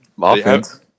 offense